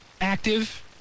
active